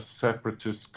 separatist